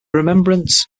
remembrance